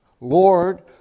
Lord